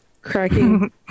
cracking